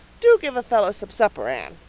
do give a fellow some supper, anne.